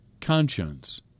conscience